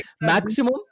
maximum